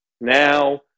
Now